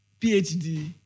PhD